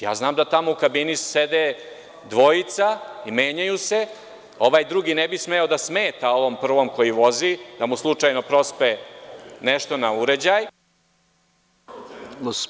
Ja znam da tamo u kabini sede dvojica, i menjaju se, ovaj drugi ne bi smeo da smeta ovom prvom koji vozi, da mu slučajno prospe nešto na uređaj, ali u svakom slučaju…